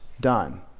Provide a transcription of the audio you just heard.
done